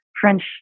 French